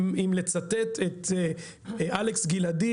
אם לצטט את אלכס גלעדי,